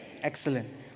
Excellent